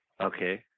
Okay